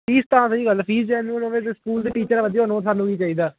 fees ਤਾਂ ਸਹੀ ਗੱਲ ਹੈ ਫ਼ੀਸ ਜੈਨੂਅਨ ਹੋਵੇ ਫਿਰ ਤਾਂ ਸਕੂਲ ਦੇ ਟੀਚਰ ਵਧੀਆ ਹੋਣ ਹੋਰ ਸਾਨੂੰ ਕੀ ਚਾਹੀਦਾ